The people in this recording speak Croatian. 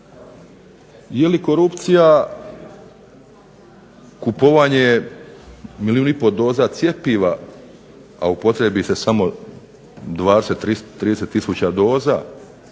Jeli korupcija kupovanje milijun i pol doza cjepiva, a upotrijebi se samo 20, 30 tisuća doza?